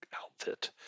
outfit